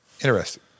Interesting